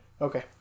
Okay